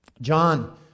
John